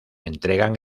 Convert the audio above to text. entregan